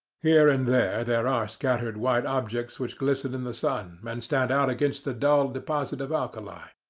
here and there there are scattered white objects which glisten in the sun, and stand out against the dull deposit of alkali.